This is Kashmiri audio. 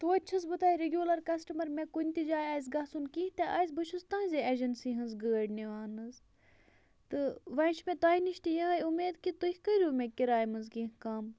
تویتہِ چھَس بہٕ تۄہہِ رِگیوٗلَر کَسٹَمَر مےٚ کُنہِ تہِ جایہِ آسہِ گَژھُن کیٚنہہ تہِ آسہِ بہٕ چھُس تُہٕنٛزے ایجَنسی ہٕنٛز گٲڑۍ نِوان حظ تہٕ وۄنۍ چھِ مےٚ تۄہہِ نِش تہِ یِہوٚے اُمید کہِ تُہۍ کٔرِو مےٚ کِراے منٛز کیٚنہہ کَم